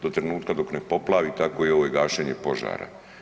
Do trenutka dok ne poplavi tako i ovo gašenje požara.